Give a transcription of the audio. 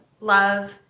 love